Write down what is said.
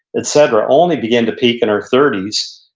et cetera, only begin to peak in our thirties,